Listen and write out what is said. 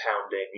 pounding